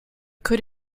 could